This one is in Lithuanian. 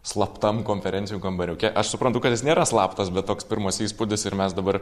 slaptam konferencijų kambariuke aš suprantu kad jis nėra slaptas bet toks pirmas įspūdis ir mes dabar